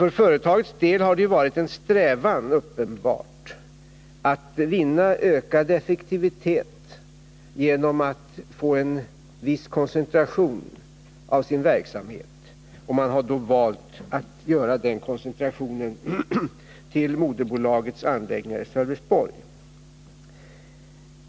För företagets del har det uppenbarligen varit en strävan att vinna ökad effektivitet genom att få en viss koncentration av verksamheten, och man har då valt att göra den koncentrationen till moderbolagets anläggningar i Sölvesborg.